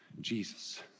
Jesus